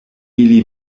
ili